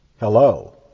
Hello